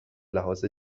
لحاظ